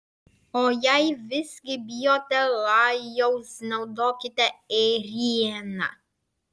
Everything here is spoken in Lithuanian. o jei visgi bijote lajaus naudokite ėrieną